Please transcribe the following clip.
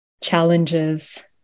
challenges